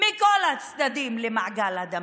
מכל הצדדים למעגל הדמים.